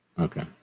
Okay